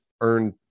earned